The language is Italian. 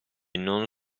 non